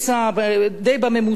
די בממוצע,